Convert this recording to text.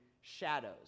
shadows